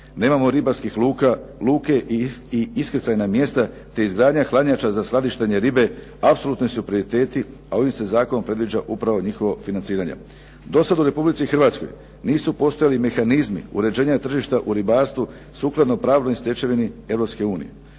Nemamo ribarskih luka te iskrcajna mjesta, te izgradnja hladnjača za skladištenje ribe apsolutni su prioriteti, a ovim se zakonom predviđa upravo njihovo financiranje. Dosada u Republici Hrvatskoj nisu postojali mehanizmi uređenja tržišta u ribarstvu sukladno pravnoj stečevini